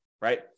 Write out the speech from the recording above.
right